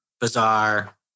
bizarre